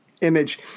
image